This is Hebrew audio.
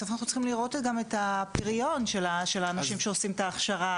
בסוף אנחנו צריכים לעשות את הפריון של האנשים שעושים את ההכשרה,